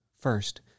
First